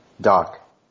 Doc